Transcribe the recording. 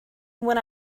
when